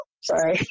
sorry